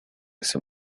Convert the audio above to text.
ese